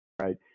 Right